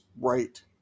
right